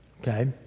okay